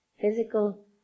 physical